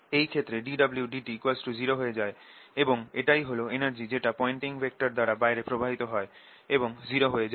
এই ক্ষেত্রে dWdt0 হয়ে যায় এবং এটাই হল এনার্জি যেটা পয়েন্টিং ভেক্টর দ্বারা বাইরে প্রবাহিত হয় এবং 0 হয়ে যায়